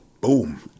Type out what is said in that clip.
Boom